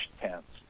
tents